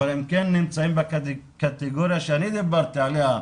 אבל הם כן נמצאים בקטגוריה שאני דיברתי עליה.